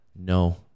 No